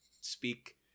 speak